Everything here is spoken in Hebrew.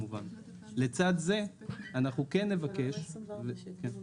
כאן זה איזושהי מערכת אוטומטית שכל גוף מקבל סרטיפיקט,